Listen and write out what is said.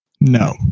No